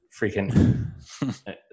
Freaking